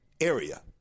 area